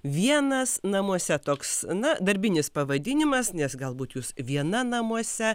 vienas namuose toks na darbinis pavadinimas nes galbūt jūs viena namuose